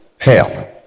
Hell